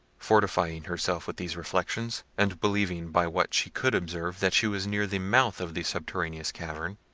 fortifying herself with these reflections, and believing by what she could observe that she was near the mouth of the subterraneous cavern,